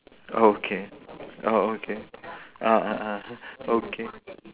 okay oh okay ah ah ah okay